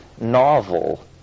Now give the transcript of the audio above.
novel